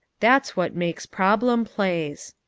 that's what makes problem plays.